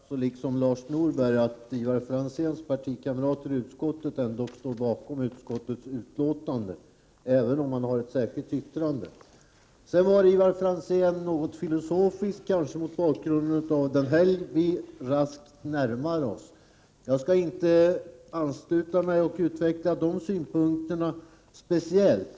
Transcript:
Herr talman! Jag noterar liksom Lars Norberg att Ivar Franzéns parti 15 december 1988 kamrater i utskottet ändå står bakom utskottets betänkande, även om de har avgett ett särskilt yttrande. Ivar Franzén var något filosofisk, kanske mot bakgrund av den helg vi raskt närmar oss. Jag skall inte ansluta mig och utveckla de synpunkterna speciellt.